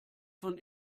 von